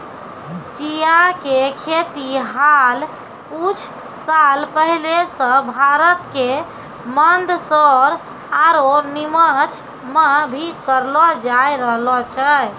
चिया के खेती हाल कुछ साल पहले सॅ भारत के मंदसौर आरो निमच मॅ भी करलो जाय रहलो छै